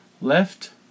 left